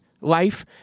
life